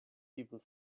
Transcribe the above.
people